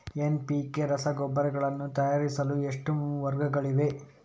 NPK ರಸಗೊಬ್ಬರಗಳನ್ನು ತಯಾರಿಸಲು ಎಷ್ಟು ಮಾರ್ಗಗಳಿವೆ?